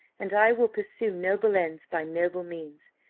and i will pursue noble ends by noble means.